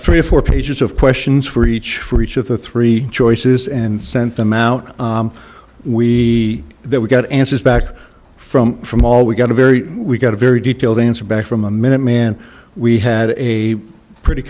three or four pages of questions for each for each of the three choices and sent them out we that we got answers back from from all we got a very we got a very detailed answer back from a minute man we had a pretty